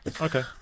Okay